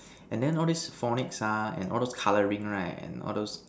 and then all these phonics ah and all these colouring right and all those